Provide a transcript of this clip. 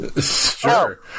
Sure